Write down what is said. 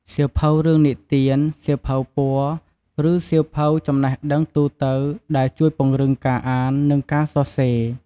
សៀវភៅរឿងនិទាន សៀវភៅពណ៌ ឬសៀវភៅចំណេះដឹងទូទៅ ដែលជួយពង្រឹងការអាន និងការសរសេរ។